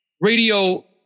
radio